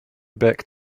back